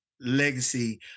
legacy